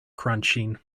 crunching